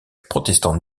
protestante